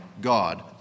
God